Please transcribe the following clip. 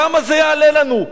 כמה זה יעלה לנו?